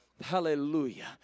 Hallelujah